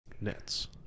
Nets